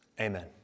Amen